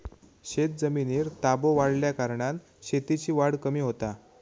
शेतजमिनीर ताबो वाढल्याकारणान शेतीची वाढ कमी होता